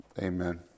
Amen